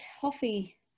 coffee